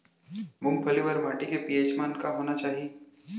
मूंगफली बर माटी के पी.एच मान का होना चाही?